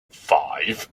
five